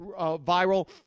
viral